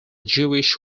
jewish